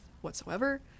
whatsoever